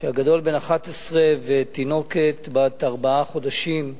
הגדול בן 11 ותינוקת בת ארבעה חודשים,